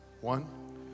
One